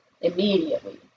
immediately